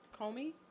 Comey